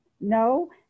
no